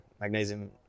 magnesium